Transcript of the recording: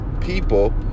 people